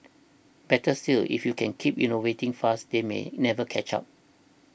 better still if you can keep innovating fast they may never catch up